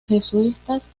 jesuitas